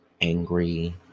angry